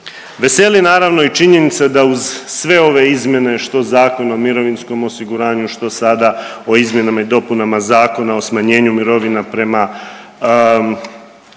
Veseli naravno i činjenica da uz sve ove izmjene što Zakonom o mirovinskom osiguranju, što sada o izmjenama i dopunama Zakona o smanjenju mirovina prema